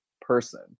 person